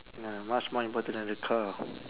ya much more important than a car